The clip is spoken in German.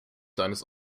deines